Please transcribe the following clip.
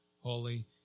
holy